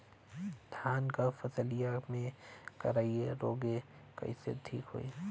धान क फसलिया मे करईया रोग कईसे ठीक होई?